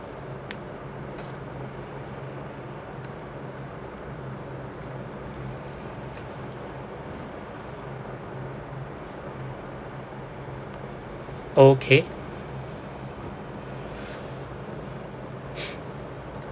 okay